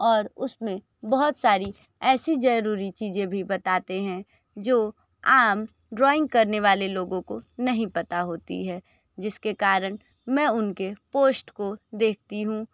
और उसमें बहुत सारी ऐसी ज़रूरी चीज़ें भी बताते हैं जो आम ड्राइंग करने वाले लोगों को नहीं पता होती है जिसके कारन मै उनके पोष्ट को देखती हूँ